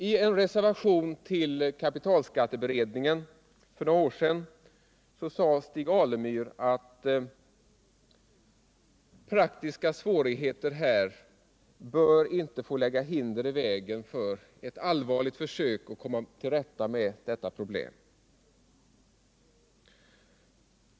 I en reservation till kapitalskatteberedningen för några år sedan sade Stig Alemyr att praktiska svårigheter inte bör få lägga hinder i vägen för ett allvarligt försök att komma till rätta med detta problem.